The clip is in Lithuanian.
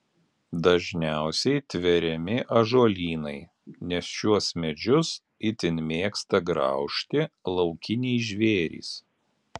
dažniausiai tveriami ąžuolynai nes šiuos medžius itin mėgsta graužti laukiniai žvėrys